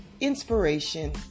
inspiration